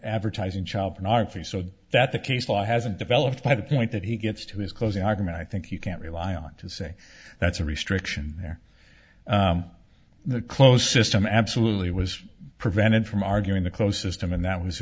advertising child pornography so that the case law hasn't developed by the point that he gets to his closing argument i think you can't rely on to say that's a restriction where the closed system absolutely was prevented from arguing the closest and that was